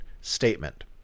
statement